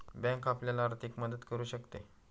bank आपल्याला आर्थिक मदत करू शकते